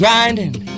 Grinding